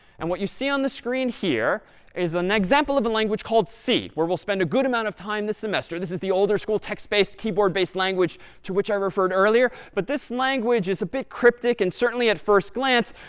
and what you see on the screen here is an example of a language called c, where we'll spend a good amount of time this semester. this is the older school text-based, keyboard-based language to which i referred earlier. but this language is a bit cryptic. and certainly at first glance,